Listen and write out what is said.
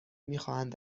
میخواهند